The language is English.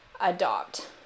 adopt